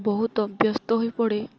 ବହୁତ ଅଭ୍ୟସ୍ତ ହୋଇପଡ଼େ